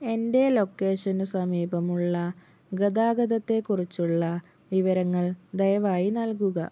എൻ്റെ ലൊക്കേഷനു സമീപമുള്ള ഗതാഗതത്തെ കുറിച്ചുള്ള വിവരങ്ങൾ ദയവായി നൽകുക